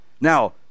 Now